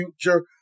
future